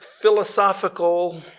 philosophical